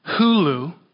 Hulu